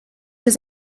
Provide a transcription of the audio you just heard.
his